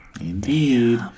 Indeed